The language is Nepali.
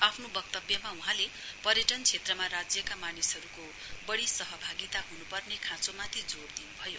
आफ्नो वक्तव्यमा वहाँले पर्यटन क्षेत्रमा राज्यका मानिसहरूको बढ़ सहभागिता ह्नुपर्ने खाँचोमाथि जोड़ दिनुभयो